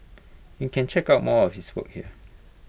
you can check out more of his work here